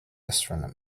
astronomy